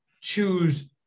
choose